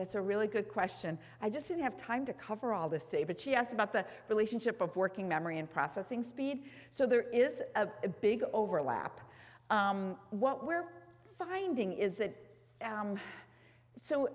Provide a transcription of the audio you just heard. that's a really good question i just didn't have time to cover all the save it yes about the relationship of working memory and processing speed so there is a big overlap what we're finding is that